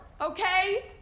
okay